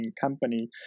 company